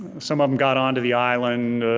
some of them got onto the island,